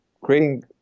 creating